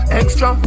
extra